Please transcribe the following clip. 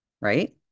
right